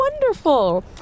wonderful